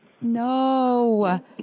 No